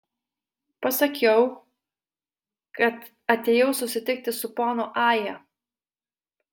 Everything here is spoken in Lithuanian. pasakiau kad atėjau susitikti su ponu aja